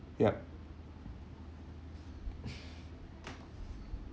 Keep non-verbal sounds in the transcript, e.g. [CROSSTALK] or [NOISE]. yup [BREATH]